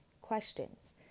questions